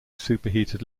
superheated